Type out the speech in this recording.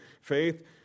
Faith